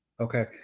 Okay